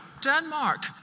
Denmark